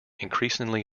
increasingly